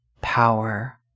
power